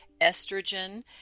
Estrogen